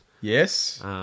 Yes